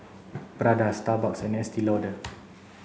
Prada Starbucks and Estee Lauder